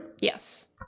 Yes